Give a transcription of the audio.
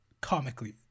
comically